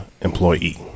employee